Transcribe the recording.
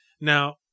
Now